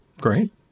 Great